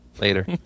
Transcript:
Later